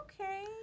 okay